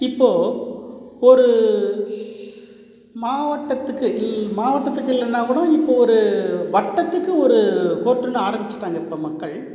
இப்போ ஒரு மாவட்டத்துக்கு இல் மாவட்டத்துக்கு இல்லைனா கூட இப்போ ஒரு வட்டத்துக்கு ஒரு கோர்ட்டுன்னு ஆரம்பிச்சிட்டாங்கள் இப்போ மக்கள்